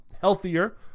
healthier